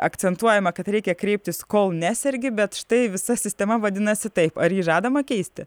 akcentuojama kad reikia kreiptis kol nesergi bet štai visa sistema vadinasi taip ar jį žadama keisti